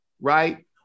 right